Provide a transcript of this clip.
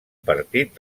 partit